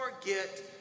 forget